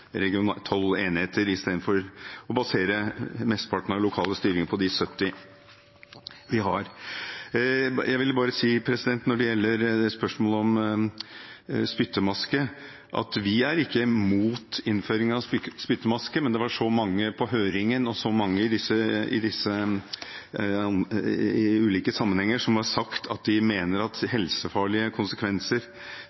istedenfor å basere mesteparten av lokale stillinger på de 70 vi har. Jeg vil bare si når det gjelder spørsmålet om spyttmaske, at vi ikke er imot innføring av det, men mange på høringen og mange i ulike sammenhenger har sagt at de mener at